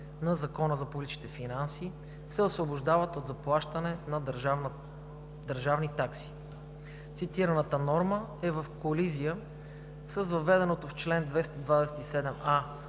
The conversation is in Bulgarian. на Закона за публичните финанси се освобождават от заплащане на държавни такси. Цитираната норма е в колизия с въведеното в чл. 227а